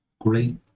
great